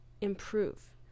improve